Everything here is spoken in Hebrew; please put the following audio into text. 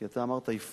כי אתה אמרת "הפרטתם"